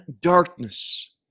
darkness